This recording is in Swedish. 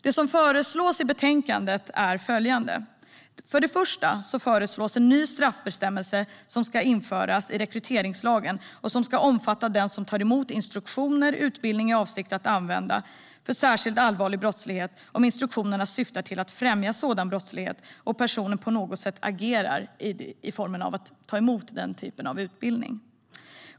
Det som föreslås i betänkandet är följande: För det första föreslås en ny straffbestämmelse som ska införas i rekryteringslagen och som ska omfatta den som tar emot instruktioner och utbildning i avsikt att använda dem för särskilt allvarlig brottslighet, om instruktionerna syftar till att främja sådan brottslighet och personen på något sätt agerar i form av att ta emot den typen av utbildning.